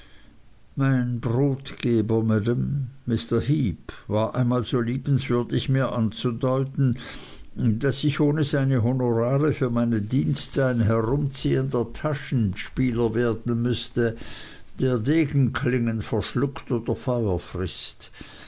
mein brotgeber maam mr heep war einmal so liebenswürdig mir anzudeuten daß ich ohne seine honorare für meine dienste ein herumziehender taschenspieler werden müßte der degenklingen verschluckt oder feuer frißt